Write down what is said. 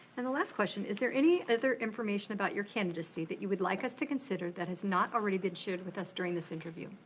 and the last question, is there any other information about your candidacy that you would like us to consider that has not already been shared with us during this interview,